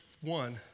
one